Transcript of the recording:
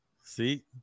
See